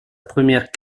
première